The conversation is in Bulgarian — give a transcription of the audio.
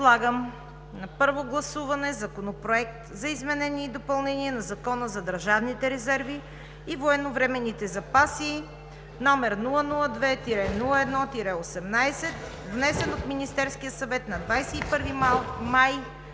Подлагам на първо гласуване Законопроект за изменение и допълнение на Закона за държавните резерви и военновременните запаси, № 002-01-18, внесен от Министерския съвет на 21 май